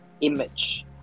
image